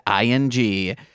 ing